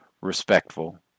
respectful